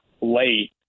late